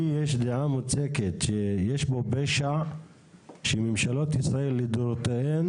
לי יש דעה מוצקה שיש פה פשע שממשלות ישראל לדורותיהן